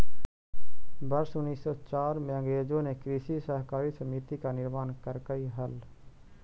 वर्ष उनीस सौ चार में अंग्रेजों ने कृषि सहकारी समिति का निर्माण करकई हल